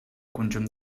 conjunt